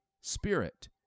Spirit